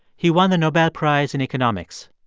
he won the nobel prize in economics.